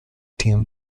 team